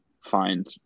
find